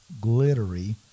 glittery